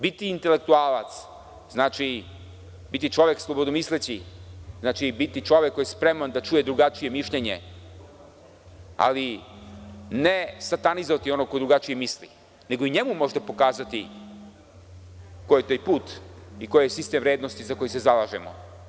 Biti intelektualac znači biti čovek slobodomisleći, znači biti čovek koji je spreman da čuje drugačije mišljenje, ali ne satanizovati onog ko drugačije misli, nego i njemu možda pokazati koji je taj put i koji je sistem vrednosti za koji se zalažemo.